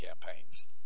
campaigns